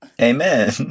Amen